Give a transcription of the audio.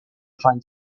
find